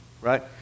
right